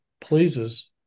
pleases